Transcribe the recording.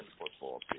football